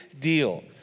deal